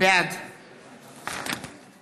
בעד